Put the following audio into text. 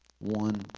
one